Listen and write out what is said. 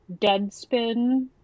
Deadspin